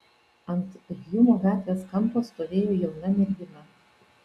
ant hjumo gatvės kampo stovėjo jauna mergina